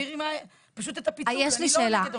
תסבירי פשוט -- יש לי שאלה.